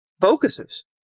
focuses